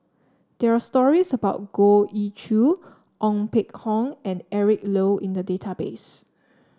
there are stories about Goh Ee Choo Ong Peng Hock and Eric Low in the database